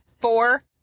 Four